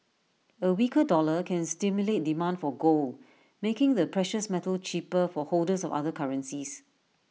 A weaker dollar can stimulate demand for gold making the precious metal cheaper for holders of other currencies